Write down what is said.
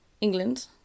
England